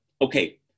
Okay